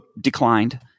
declined